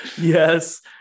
Yes